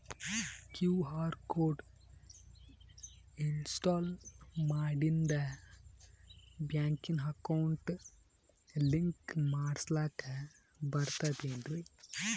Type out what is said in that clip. QR code install ಮಾಡಿಂದ ಬ್ಯಾಂಕಿನ account link ಮಾಡಸ್ಲಾಕ ಬರ್ತದೇನ್ರಿ